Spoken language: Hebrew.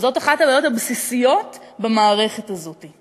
וזאת אחת הבעיות הבסיסיות במערכת הזאת.